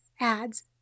ads